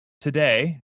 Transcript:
today